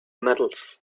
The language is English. metals